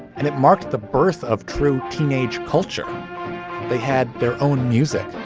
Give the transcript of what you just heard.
and it marked the birth of true teenage culture they had their own music,